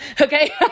Okay